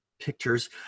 pictures